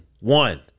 One